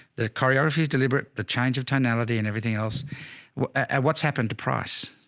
the choreography is deliberate. the change of tonality and everything else what's happened to price